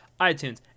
itunes